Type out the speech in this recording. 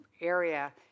area